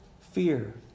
fear